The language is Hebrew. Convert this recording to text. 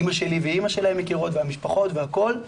אמא שלי ואימא שלהם מכירות והמשפחות והכל,